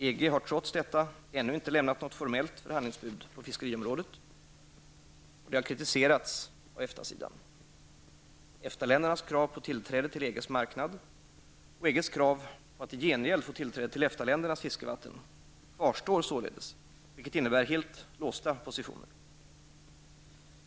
EG har trots detta ännu inte lämnat något formellt förhandlingsbud på fiskeriområdet, vilket kritiserats av EFTA-sidan. EFTA-ländernas krav på tillträde till EGs marknad och EGs krav på att i gengäld få tillträde till EFTA-ländernas fiskevatten kvarstår således, vilket innebär helt låsta positioner.